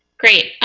great.